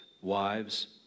wives